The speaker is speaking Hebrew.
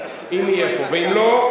ואם לא,